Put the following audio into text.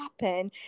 happen